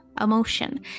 emotion